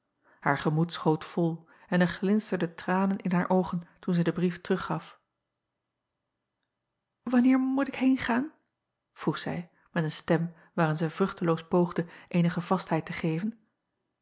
aar gemoed schoot vol en er glinsterden tranen in haar oogen toen zij den brief teruggaf anneer moet ik heengaan vroeg zij met een stem waaraan zij vruchteloos poogde eenige vastheid te geven